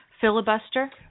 filibuster